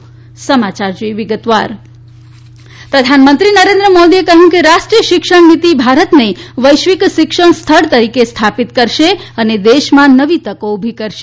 IT પ્રધાનમંત્રી નરેન્દ્ર મોદીએ કહ્યું છે કે રાષ્ટ્રીય શિક્ષણ નીતિ ભારતને વૈશ્વિક શિક્ષણ સ્થળ તરીકે સ્થાપિત કરશે અને દેશમાં નવી તકો ઉભી કરશે